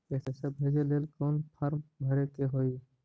पैसा भेजे लेल कौन फार्म भरे के होई?